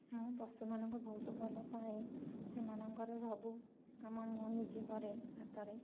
ମୁଁ ପଶୁମାନଙ୍କୁ ବହୁତ ଭଲପାଏ ସେମାନଙ୍କର ସବୁ କାମ ମୁଁ ନିଜେ କରେ ହାତରେ